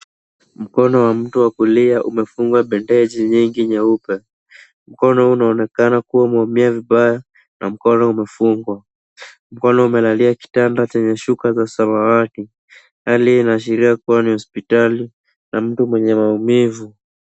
Mkono wa mtu wa kulia umefungwa bendeji nyingi nyeupe. Mkono huu unaonekana kuwa umeumia vibaya na mkono umefungwa. Mkono umelalia kitanda chenye shuka ya samawati. Hali hii inaashiria kuwa ni hospitali na mtu mwenye maumivu.